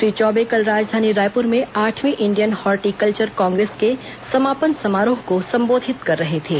श्री चौबे कल राजधानी रायपुर में आठवीं इंडियन हार्टिकल्चर कांग्रेस के समापन समारोह को संबोधित कर रहे थे